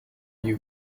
you